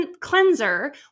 cleanser